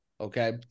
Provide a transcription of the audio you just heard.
Okay